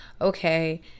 okay